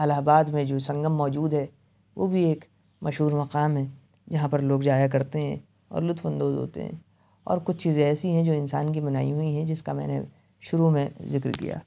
الہ آباد میں جو سنگم موجود ہے وہ بھی ایک مشہور مقام ہے یہاں پر لوگ جایا کرتے ہیں اور لطف اندوز ہوتے ہیں اور کچھ چیزیں ایسی ہیں جو انسان کی بنائی ہوئی ہیں جس کا میں نے شروع میں ذکر کیا